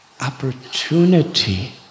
opportunity